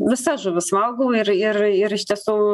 visas žuvis valgau ir ir ir iš tiesų